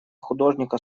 художника